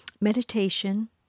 meditation